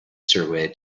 survey